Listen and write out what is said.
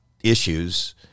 issues